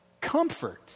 comfort